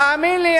תאמין לי,